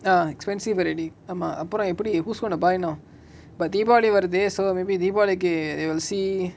ah expensive already ஆமா அப்ரோ எப்டி:aama apro epdi who's wanna buy now but deepavali வருது:varuthu so maybe deepavali கு:ku we will see